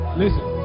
listen